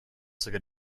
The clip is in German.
sogar